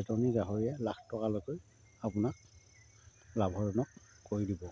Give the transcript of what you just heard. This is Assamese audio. এজনী গাহৰিয়ে লাখ টকালৈকে আপোনাক লাভজনক কৰি দিব